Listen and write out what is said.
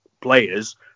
players